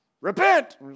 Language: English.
repent